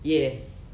yes